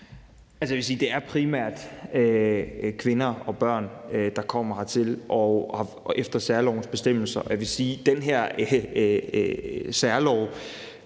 at det primært er kvinder og børn, der kommer hertil efter særlovens bestemmelser, og jeg vil